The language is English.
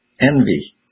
envy